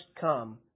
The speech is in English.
come